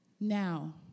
Now